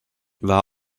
war